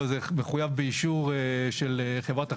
אבל זה מחויב באישור של חברת החשמל.